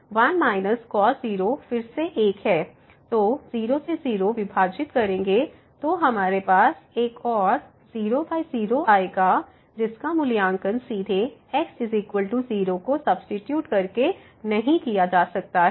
तो 1 0 फिर से 1 है तो 0 से 0 विभाजित करेंगे तो हमारे पास एक और 00 आएगा जिसका मूल्यांकन सीधे x0 को सब्सीट्यूट करके नहीं किया जा सकता है